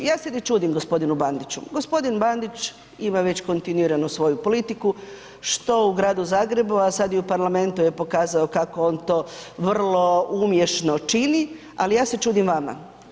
Ja se ne čudim gospodinu Bandiću, gospodin Bandić ima već kontinuirano svoju politiku što i u Gradu Zagrebu, a sada i u parlamentu je pokazao kako on to vrlo umješno čini, ali ja se čudim vama.